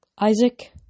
Isaac